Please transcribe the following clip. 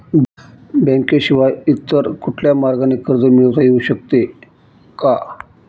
बँकेशिवाय इतर कुठल्या मार्गाने कर्ज मिळविता येऊ शकते का?